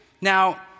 Now